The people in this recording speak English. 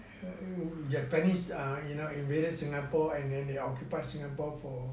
the japanese ah you know invaded singapore and then they occupy singapore for